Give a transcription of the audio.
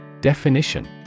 Definition